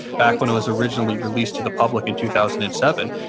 back when it was originally released to the public in two thousand and seven,